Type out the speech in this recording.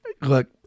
look